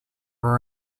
were